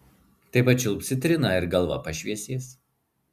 tai pačiulpk citriną ir galva pašviesės